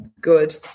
good